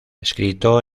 escrito